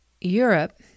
Europe